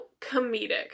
comedic